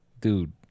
Dude